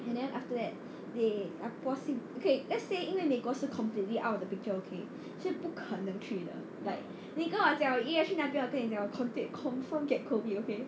and then after that they are passing okay let's say 因为美国是 completely out of the picture okay 是不可能去的 like 你跟我讲我一月去那边我跟你讲我 confirm get COVID okay